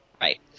Right